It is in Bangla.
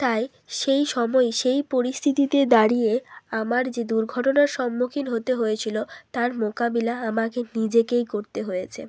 তাই সেই সময়ে সেই পরিস্থিতিতে দাঁড়িয়ে আমার যে দুর্ঘটনার সম্মুখীন হতে হয়েছিল তার মোকাবিলা আমাকে নিজেকেই করতে হয়েছে